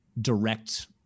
direct